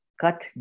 cut